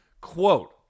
Quote